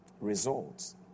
results